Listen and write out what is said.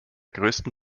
größten